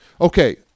Okay